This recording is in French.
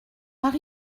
par